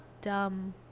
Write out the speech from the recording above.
dumb